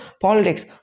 politics